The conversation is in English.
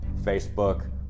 Facebook